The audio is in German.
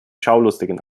schaulustigen